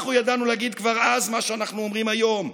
אנחנו ידענו להגיד כבר אז מה שאנחנו אומרים היום.